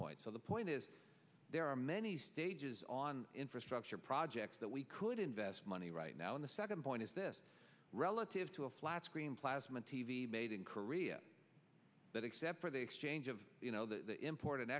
point so the point is there are many stages on infrastructure projects that we could invest money right now in the second point is this relative to a flat screen plasma t v made in korea that except for the exchange of you know the import and